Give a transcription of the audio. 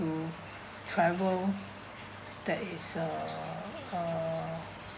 travel that is uh uh